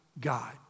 God